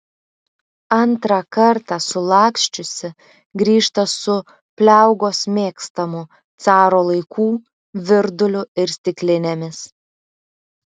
antrą kartą sulaksčiusi grįžta su pliaugos mėgstamu caro laikų virduliu ir stiklinėmis